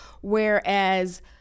Whereas